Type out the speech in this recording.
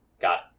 Got